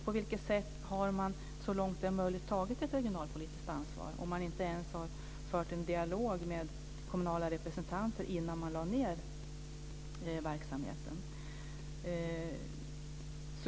På vilket sätt har man så långt det är möjligt tagit ett regionalpolitiskt ansvar om man inte ens har fört en dialog med kommunala representanter innan man lade ned verksamheten?